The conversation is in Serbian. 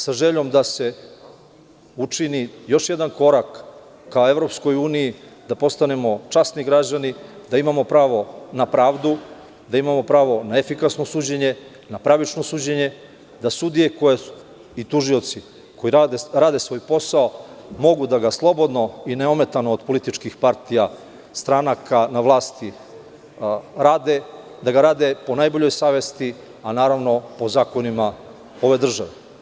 Sa željom da se učini još jedan korak ka EU, da postanemo časni građani, da imamo pravo na pravdu, da imamo pravo na efikasno suđenje, na pravično suđenje, da sudije i tužioci koji rade svoj posao mogu da ga slobodno i neometano od političkih partija, stranaka na vlasti, rade, da ga rade po najboljoj savesti, a naravno po zakonima ove države.